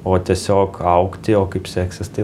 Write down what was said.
o tiesiog augti o kaip seksis tai